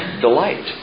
Delight